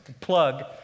plug